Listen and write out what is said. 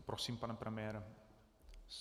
Prosím, pane premiére.